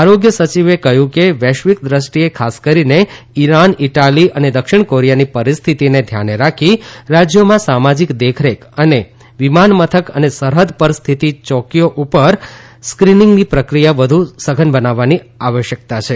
આરોગ્ય સચિવે કહ્યું કે વૈશ્વિક દૃષ્ટિએ ખાસ કરીને ઇરાન ઇટાલી અને દક્ષિણ કોરીયાની પરિસ્થિતિને ધ્યાને રાખી રાજ્યોમાં સામાજિક દેખરેખ તથા વિમાન મથક અને સરહદ પર સ્થિત ચોકીઓ ઉપર સ્ક્રિનીંગની પ્રક્રિયા વધુ સઘન બનાવવાની આવશ્યકતા છે